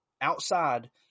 Outside